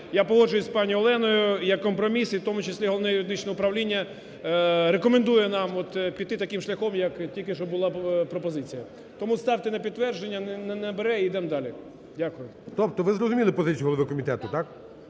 я погоджуюсь з пані Оленою, як компроміс, і у тому числі Головне юридичне управління рекомендує нам піти таким шляхом, як тільки що була пропозиція. Тому ставте на підтвердження, не набере і йдемо далі. Дякую. ГОЛОВУЮЧИЙ. Тобто ви зрозуміли позицію голови комітету, так?